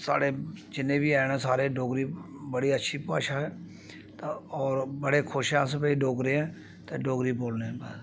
साढ़े जिन्ने बी हैन सारे डोगरी बड़ी अच्छी भाशा ऐ तां होर बडे़ खुश आं अस भाई डोगरे आं ते डोगरी बोलने होन्ने आं